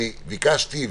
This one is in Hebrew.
אני ביקשתי,